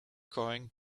going